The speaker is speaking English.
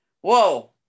whoa